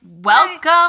welcome